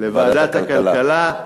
לוועדת הכלכלה או הכספים,